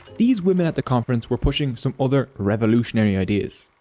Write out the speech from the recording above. these women at the conference were pushing some other revolutionary ideas.